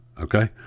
okay